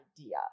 idea